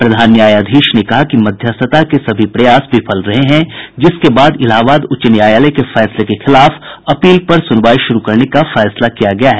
प्रधान न्यायाधीश ने कहा कि मध्यस्थता के सभी प्रयास विफल रहे हैं जिसके बाद इलाहाबाद उच्च न्यायालय के फैसले के खिलाफ अपील पर सुनवाई शुरू करने का फैसला किया गया है